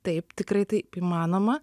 taip tikrai taip įmanoma